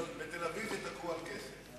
בתל-אביב זה תקוע על כסף.